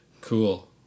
Cool